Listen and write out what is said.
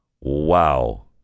Wow